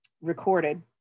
recorded